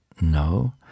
No